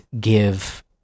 give